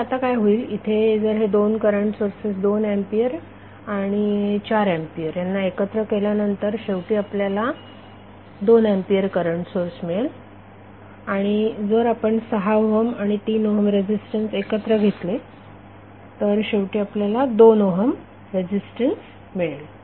तर आता काय होईल इथे जर हे दोन करंट सोर्सेस 2 एम्पिअर आणि 4 एम्पिअर यांना एकत्र केल्यानंतर शेवटी आपल्याला 2 एंपियर करंट सोर्स मिळेल आणि जर आपण 6 ओहम आणि 3 ओहम रेझिस्टन्स एकत्र घेतले तर शेवटी आपल्याला 2 ओहम रेझिस्टन्स मिळेल